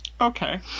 Okay